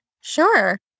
Sure